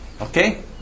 Okay